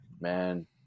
man